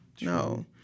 No